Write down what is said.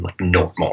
Normal